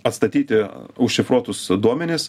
atstatyti užšifruotus duomenis